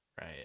Right